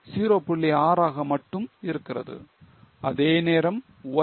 6 ஆக மட்டும் இருக்கிறது அதேநேரம் Y 1